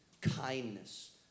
kindness